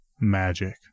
Magic